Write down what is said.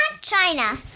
China